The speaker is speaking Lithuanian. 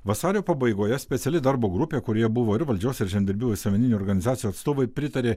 vasario pabaigoje speciali darbo grupė kurioje buvo ir valdžios ir žemdirbių visuomeninių organizacijų atstovai pritarė